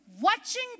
Watching